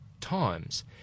Times